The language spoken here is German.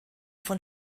von